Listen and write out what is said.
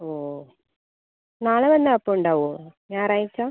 ഓ നാളെ വന്നാൽ അപ്പോൾ ഉണ്ടാകുമോ ഞായറാഴ്ച